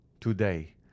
Today